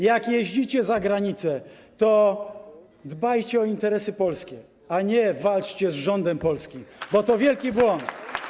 Jak jeździcie za granicę, to dbajcie o interesy polskie, a nie walczcie z rządem polskim, bo to wielki błąd.